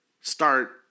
Start